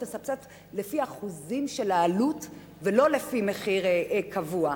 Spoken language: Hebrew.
ותסבסד לפי אחוזים של העלות ולא לפי מחיר קבוע.